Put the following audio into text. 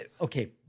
Okay